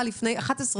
ישיבות